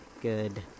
good